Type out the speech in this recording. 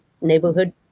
neighborhood